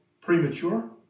premature